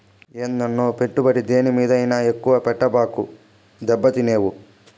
ఏందన్నో, పెట్టుబడి దేని మీదైనా ఎక్కువ పెట్టబాకు, దెబ్బతినేవు